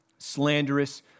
Slanderous